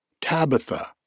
Tabitha